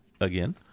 again